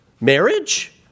Marriage